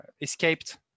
escaped